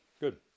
Good